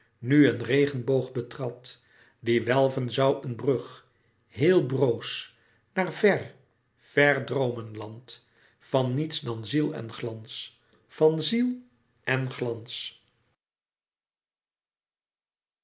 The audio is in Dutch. nu een regenboog betrad die welven zoû een brug heel broos naar ver ver louis couperus metamorfoze droomenland van niets dan ziel en glans van ziel en glans